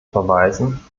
verweisen